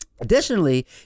Additionally